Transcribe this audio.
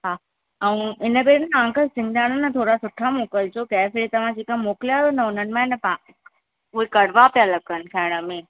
हा ऐं इन भेरे न अंकल शिंगदाणा न थोरा सुठा मोकिलजो तव्हां जेके मोकलिया हुआ न हुननि मां आहे न पा उहे कड़वा पिया लॻनि खाइण में